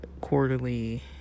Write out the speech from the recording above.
quarterly